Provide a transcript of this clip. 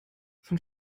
von